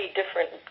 different